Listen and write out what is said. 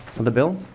of the bill?